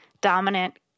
dominant